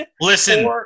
Listen